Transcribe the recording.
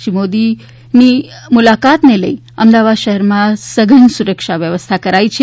શ્રી મોદીની મુલાકાતને લઈ અમદાવાદ શહેરમાં સઘન સુરક્ષા વ્યવસ્થા કરાઈ છે